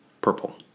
Purple